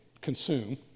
consume